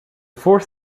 fourth